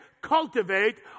cultivate